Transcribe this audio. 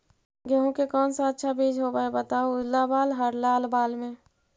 गेहूं के कौन सा अच्छा बीज होव है बताहू, उजला बाल हरलाल बाल में?